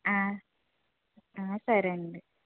సరే అండి